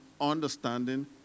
understanding